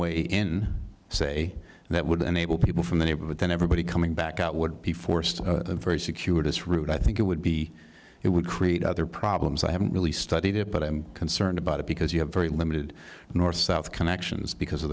way in say that would enable people from the neighborhood then everybody coming back out would be forced very secure this route i think it would be it would create other problems i haven't really studied it but i'm concerned about it because you have very limited north south connections because of